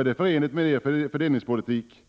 Är det förenligt med er fördelningspolitik